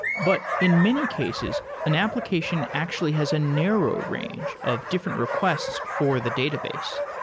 but in many cases, an application actually has a narrow range of different requests for the database,